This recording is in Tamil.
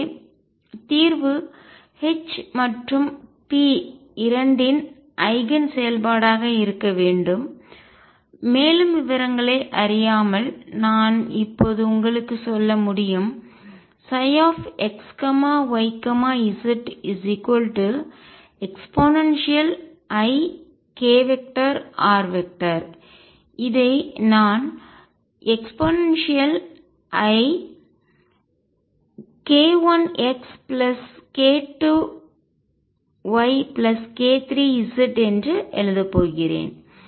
எனவே தீர்வு H மற்றும் p இரண்டின் ஐகன் செயல்பாடாக இருக்க வேண்டும் மேலும் விவரங்களை அறியாமல் நான் இப்போது உங்களுக்கு சொல்ல முடியும் xyzeikr இதை நான் eik1xk2yk3z என்று எழுதப் போகிறேன்